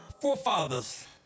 forefathers